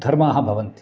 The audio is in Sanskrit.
धर्माः भवन्ति